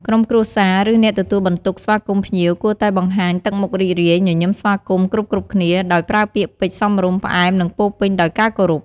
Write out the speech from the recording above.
ក្រុមគ្រួសារ ឬអ្នកទទួលបន្ទុកស្វាគមន៍ភ្ញៀវ គួរតែបង្ហាញទឹកមុខរីករាយ ញញឹមស្វាគមន៍គ្រប់ៗគ្នា ដោយប្រើពាក្យពេចន៍សមរម្យ ផ្អែម និងពោរពេញដោយការគោរព។